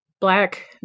black